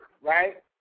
right